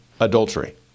adultery